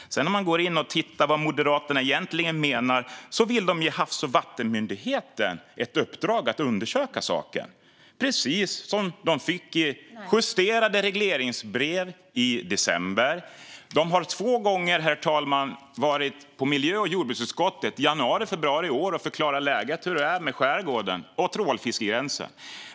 Går man in och tittar på vad Moderaterna egentligen menar ser man att de vill ge Havs och vattenmyndigheten i uppdrag att undersöka saken, precis som den också fick i det justerade regleringsbrevet i december. Myndigheten har två gånger, herr talman, varit i miljö och jordbruksutskottet, i januari och februari i år, och förklarat hur läget är med skärgården och trålfiskegränsen.